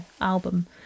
album